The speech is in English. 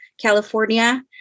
California